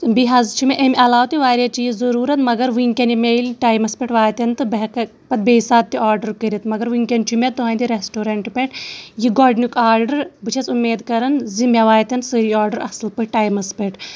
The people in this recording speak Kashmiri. تہٕ بیٚیہِ حظ چھِ مےٚ اَمہِ علاو تہِ واریاہ چیٖز ضٔروٗرت مگر وٕنکٮ۪ن یہِ مےٚ ییٚلہِ ٹایمَس پٮ۪ٹھ واتن تہٕ بہٕ ہٮ۪کَکھ پَتہٕ بیٚیہِ ساتہٕ تہِ آرڈر کٔرِتھ مگر وٕنکٮ۪ن چھُ مےٚ تُہٕنٛدِ ریسٹوڑنٛٹ پٮ۪ٹھ یہِ گۄڈنیُٚک آرڈر بہٕ چھس اُمید کَران زِ مےٚ واتن سٲری آرڈر اَصٕل پٲٹھی ٹایمَس پٮ۪ٹھ